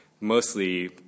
mostly